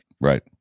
right